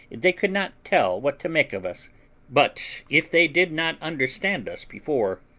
they could not tell what to make of us but if they did not understand us before,